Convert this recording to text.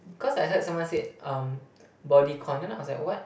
cause I heard someone said um bodycon then I was like what